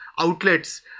outlets